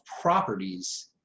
properties